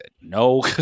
no